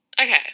Okay